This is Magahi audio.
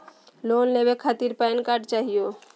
लोन लेवे खातीर पेन कार्ड चाहियो?